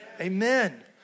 Amen